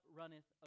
runneth